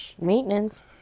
Maintenance